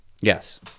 Yes